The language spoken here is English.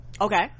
Okay